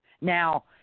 Now